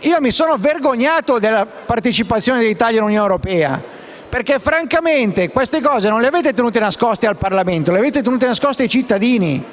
io mi sono vergognato della partecipazione dell'Italia all'Unione europea, perché francamente queste cose non le avete tenute nascoste al Parlamento, ma le avete tenute nascoste ai cittadini,